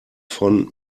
von